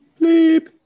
bleep